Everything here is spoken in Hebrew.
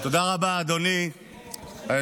תודה רבה, אדוני היושב-ראש.